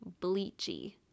bleachy